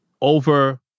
over